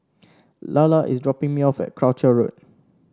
Lalla is dropping me off at Croucher Road